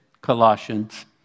Colossians